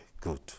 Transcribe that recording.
good